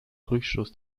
rückstoß